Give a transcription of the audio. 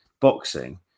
boxing